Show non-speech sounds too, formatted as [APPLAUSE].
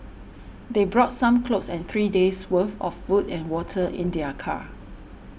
[NOISE] they brought some clothes and three days' worth of food and water in their car